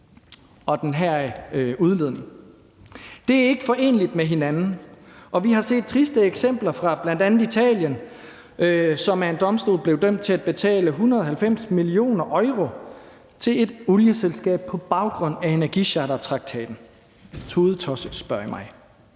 De er ikke forenelige med hinanden, og vi har set triste eksempler fra bl.a. Italien, som af en domstol blev dømt til at betale 190 mio. euro til et olieselskab på baggrund af energichartertraktaten.